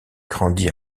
grandit